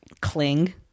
cling